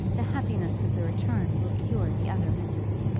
the happiness of the return will cure the other misery.